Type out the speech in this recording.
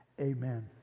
Amen